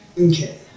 Okay